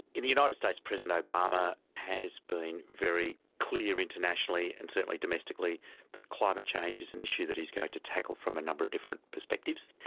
in the united states, president obama has been very clear internationally and certainly domestically that climate change is an issue that he's going to tackle from a number of different perspectives.